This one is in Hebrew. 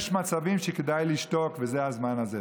יש מצבים שכדאי לשתוק, וזה הזמן הזה.